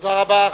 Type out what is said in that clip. תודה רבה.